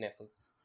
Netflix